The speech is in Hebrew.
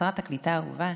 שרת הקליטה האהובה.